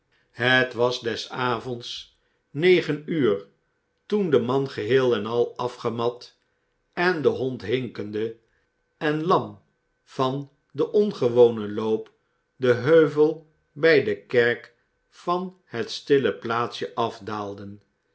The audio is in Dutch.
het was des avonds negen uur toen de man geheel en al afgemat en den hond hinkende en lam van den ongewonen loop den heuvel bij de kerk van het stille plaatsje afdaalden